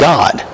God